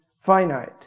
finite